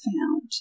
found